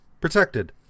protected